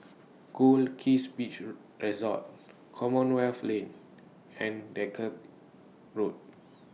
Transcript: Goldkist Beach Resort Commonwealth Lane and Dalkeith Road